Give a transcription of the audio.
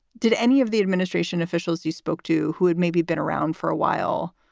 did any of the administration officials you spoke to who had maybe been around for a while?